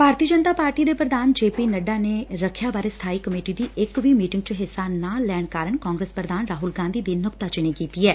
ਭਾਰਤੀ Janata Party ਦੇ ਪ੍ਰਧਾਨ J P Nadda ਨੇ ਰਖਿਆ ਬਾਰੇ ਸਬਾਈ ਕਮੇਟੀ ਦੀ ਇਕ ਵੀ ਮੀਟਿੰਗ ਚ ਹਿੱਸਾ ਨਾ ਲੈਣ ਕਾਰਨ ਕਾਗਰਸ ਪ੍ਰਧਾਨ ਰਾਹੁਲ ਗਾਧੀ ਦੀ ਨੁਕਤਾਚੀਨੀ ਕੀਤੀ ਐ